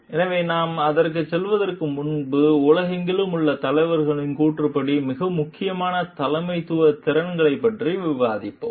எனவே நாம் அதற்குச் செல்வதற்கு முன் உலகெங்கிலும் உள்ள தலைவர்களின் கூற்றுப்படி மிக முக்கியமான தலைமைத்துவ திறன்களைப் பற்றி விவாதிப்போம்